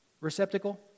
receptacle